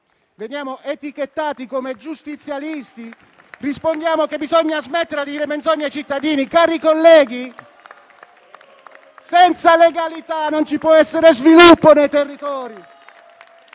veniamo etichettati come giustizialisti, rispondiamo che bisogna smetterla di dire menzogne ai cittadini. Cari colleghi, senza legalità non ci può essere sviluppo nei territori.